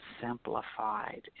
simplified